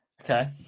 Okay